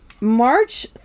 March